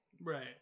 Right